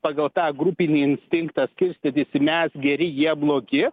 pagal tą grupinį instinktą skirstytis mes geri jie blogi